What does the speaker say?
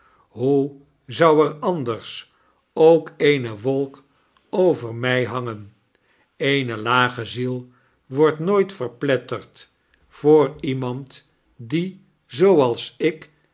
hoe zou er anders ook eene wolk over my hangen eene lage ziel wordt nooit verpletterd voor iemand die zooals ik